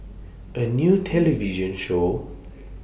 A New television Show